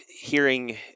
hearing